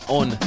on